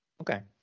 Okay